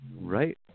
Right